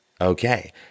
okay